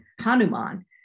Hanuman